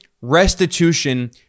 restitution